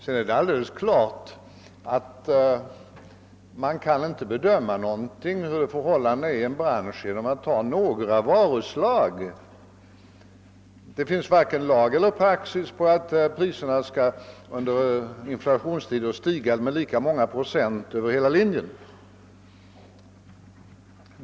Det är alldeles klart att man inte kan bedöma förhållandena i en bransch genom att endast se på några varuslag. Det finns varken lag eller praxis som säger att priserna under inflationstider skall stiga med lika många procent över hela linjen.